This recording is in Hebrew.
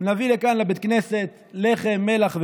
נביא לכאן, לבית הכנסת, לחם, מלח ומים,